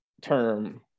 term